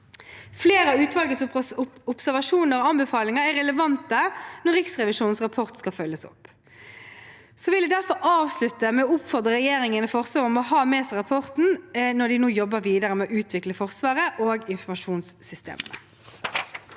Flere av utvalgets observasjoner og anbefalinger er relevante når Riksrevisjonens rapport skal følges opp. Jeg vil derfor avslutte med å oppfordre regjeringen og Forsvaret til å ha med seg rapporten når de nå jobber videre med å utvikle Forsvaret og informasjonssystemene.